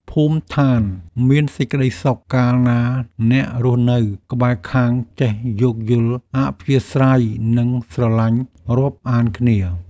ភូមិឋានមានសេចក្តីសុខកាលណាអ្នករស់នៅក្បែរខាងចេះយោគយល់អធ្យាស្រ័យនិងស្រឡាញ់រាប់អានគ្នា។